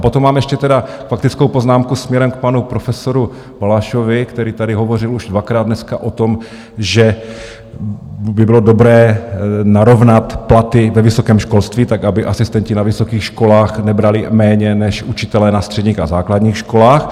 A potom mám ještě tedy faktickou poznámku směrem k panu profesorovi Balašovi, který tady hovořil už dvakrát dneska o tom, že by bylo dobré narovnat platy ve vysokém školství, aby asistenti na vysokých školách nebrali méně než učitelé na středních a základních školách.